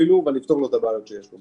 ואני אפתור לו את הבעיות שיש לו,